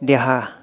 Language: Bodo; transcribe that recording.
देहा